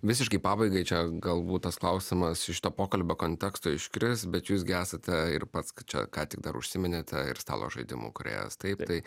visiškai pabaigai čia galbūt tas klausimas iš šito pokalbio konteksto iškris bet jūs gi esate ir pats čia ką tik dar užsiminėte ir stalo žaidimų kūrėjas taip tai